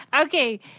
okay